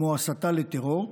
כמו הסתה לטרור,